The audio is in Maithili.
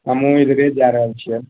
हमहुँ उधरे जा रहल छियै